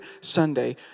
Sunday